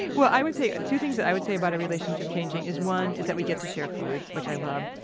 yeah well, i would say, two things that i would say about our relationship changing is one, is that we get to share food, which i love,